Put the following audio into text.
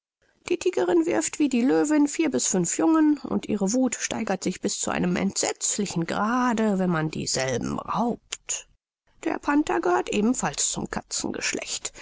die tigerin wirft wie die löwin vier bis fünf jungen und ihre wuth steigert sich bis zu einem entsetzlichen grade wenn man dieselben raubt der panther gehört ebenfalls zum